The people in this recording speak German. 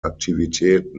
aktivität